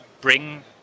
bring